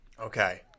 Okay